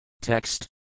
Text